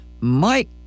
Mike